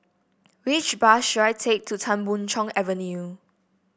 which bus should I take to Tan Boon Chong Avenue